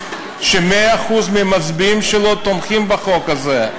ש-100% המצביעים שלו תומכים בחוק הזה,